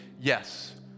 yes